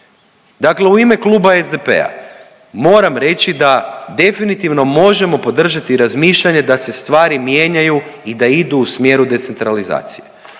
Dakle, u ime kluba SDP-a moram reći da definitivno možemo podržati razmišljanje da se stvari mijenjaju i da idu u smjeru decentralizacije,